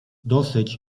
dosyć